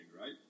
Right